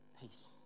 peace